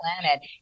planet